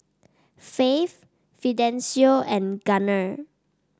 Faith Fidencio and Gunner